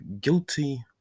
Guilty